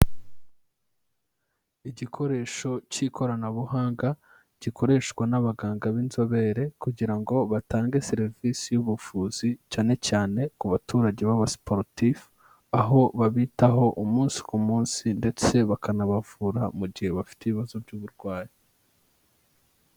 Igikoresho cy'ikoranabuhanga gikoreshwa n'abaganga b'inzobere kugira ngo batange serivisi y'ubuvuzi cyane cyane ku baturage b'aba sportif, aho babitaho umunsi ku munsi ndetse bakanabavura mu gihe bafite ibibazo by'uburwayi.